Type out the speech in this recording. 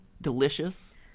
delicious